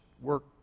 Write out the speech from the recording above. work